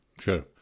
Sure